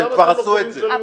הם כבר עשו את זה.